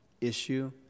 issue